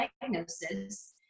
diagnosis